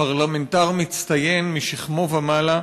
פרלמנטר מצטיין, משכמו ומעלה,